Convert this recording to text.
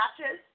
matches